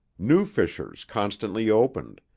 new fissures constantly opened,